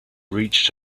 reached